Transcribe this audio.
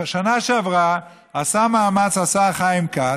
בשנה שעברה עשה מאמץ השר חיים כץ,